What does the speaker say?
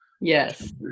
Yes